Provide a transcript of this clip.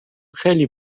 خیلی